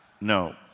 No